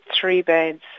three-beds